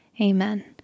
Amen